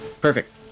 Perfect